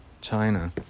China